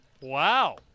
Wow